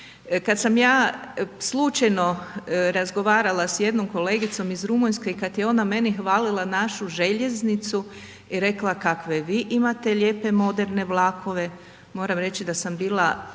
kad sam ja slučajno razgovarala s jednom kolegicom iz Rumunjske i kad je ona meni hvalila našu željeznicu i rekla kakve vi imate lijepe moderne vlakove, moram reći da sam bila